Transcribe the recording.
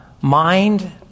mind